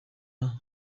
nta